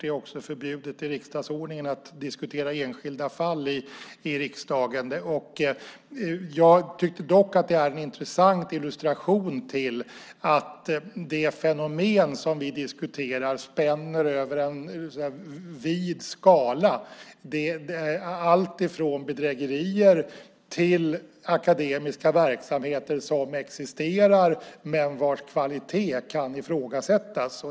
Det är också förbjudet i riksdagsordningen att diskutera enskilda fall i riksdagen. Jag tycker dock att det är en intressant illustration till att det fenomen som vi diskuterar spänner över en vid skala. Det handlar om allt ifrån bedrägerier till akademiska verksamheter som existerar men vars kvalitet kan ifrågasättas.